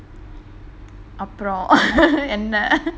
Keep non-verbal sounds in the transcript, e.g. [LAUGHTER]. அப்புறம்:appuram [LAUGHS] என்ன:enna